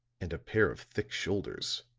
and a pair of thick shoulders